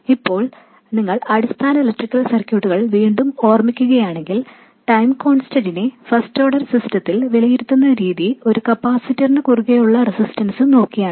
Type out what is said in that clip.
ഇപ്പോൾ നിങ്ങൾ basic electrical സർക്യൂട്ടുകൾ വീണ്ടും ഓർമിക്കുകയാണെങ്കിൽ ടൈം കോൺസ്റ്റൻറ്റിനെ ഫസ്റ്റ് ഓർഡർ സിസ്റ്റത്തിൽ വിലയിരുത്തുന്ന രീതി ഒരു കപ്പാസിറ്ററിനു കുറുകേയുള്ള റെസിസ്റ്റൻസ് നോക്കിയാണ്